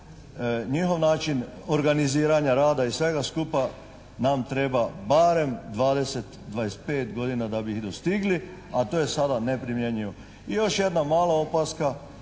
njihov način organiziranja rada i svega skupa nam treba barem 20, 25 godina da bi ih dostigli, a to je sada neprimjenjivo. I još jedna mala opaska.